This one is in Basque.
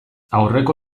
aurreko